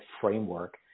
framework